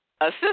assist